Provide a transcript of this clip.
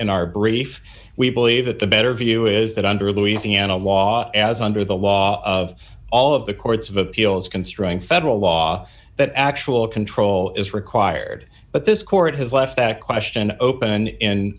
in our brief we believe that the better view is that under louisiana law as under the law of all of the courts of appeals considering federal law that actual control is required but this court has left that question open in